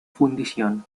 fundición